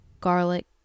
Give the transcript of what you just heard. garlic